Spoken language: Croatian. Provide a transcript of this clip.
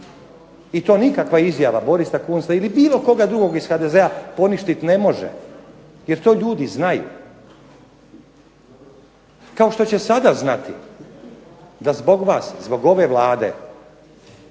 I to nikakva izjava Borisa Kunsta ili bilo koga drugog iz HDZ-a poništit ne može jer to ljudi znaju, kao što će sada znati da zbog vas, zbog ove Vlade